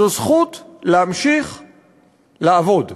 זו זכות להמשיך לעבוד.